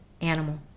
animal